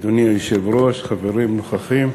אדוני היושב-ראש, חברים נוכחים,